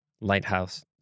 Lighthouse